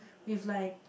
with like